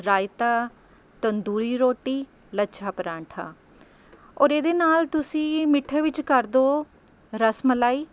ਰਾਇਤਾ ਤੰਦੂਰੀ ਰੋਟੀ ਲੱਛਾ ਪਰਾਂਠਾ ਔਰ ਇਹਦੇ ਨਾਲ਼ ਤੁਸੀਂ ਮਿੱਠੇ ਵਿੱਚ ਕਰ ਦਿਓ ਰਸ ਮਲਾਈ